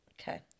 okay